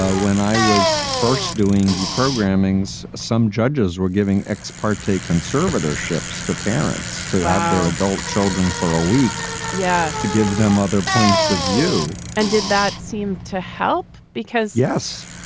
ah when i was first doing deprogramming as some judges were giving ex-party conservatorships to parents to have their adult children for a week. yeah. to give them other points of view and did that seem to help? because, yes,